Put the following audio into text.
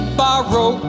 borrow